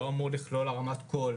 לא אמור לכלול הרמת קול.